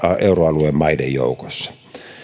euroalueen maiden joukossa